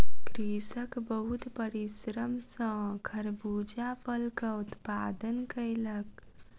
कृषक बहुत परिश्रम सॅ खरबूजा फलक उत्पादन कयलक